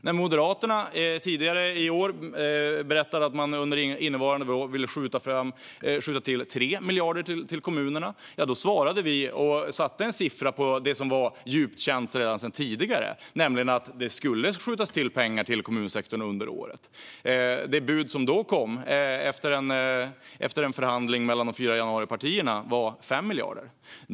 När Moderaterna tidigare i år berättade att de under innevarande år ville skjuta till 3 miljarder till kommunerna svarade vi och satte en siffra på det som var djupt känt sedan tidigare, nämligen att vi under året skulle skjuta till pengar till kommunsektorn. Det bud som då kom, efter en förhandling mellan de fyra januaripartierna, var 5 miljarder.